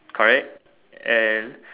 correct and